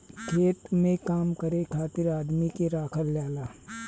खेत में काम करे खातिर आदमी के राखल जाला